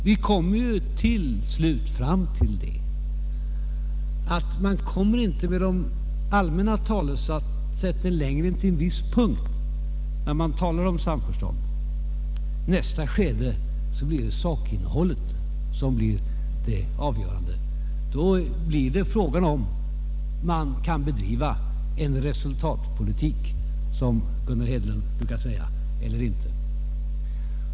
Vi kommer ju till slut fram till det, att de allmänna talesätten inte leder längre än till en viss punkt, när man talar om samförstånd. I nästa skede blir sakinnehållet det avgörande. Då blir frågan om man kan bedriva en resultatpolitik, som Gunnar Hedlund brukar säga, eller inte.